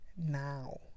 now